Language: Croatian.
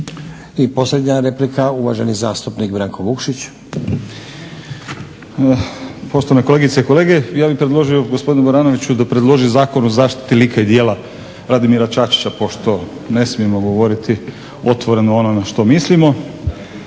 Branko (Hrvatski laburisti - Stranka rada)** Poštovane kolegice i kolege. Ja bih predložio gospodinu Baranoviću da predloži Zakon o zaštiti lika i djela Radimira Čačića pošto ne smijemo govoriti otvoreno o onome što mislimo.